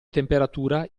temperatura